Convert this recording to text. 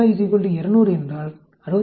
200 என்றால் 63